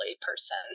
person